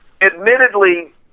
admittedly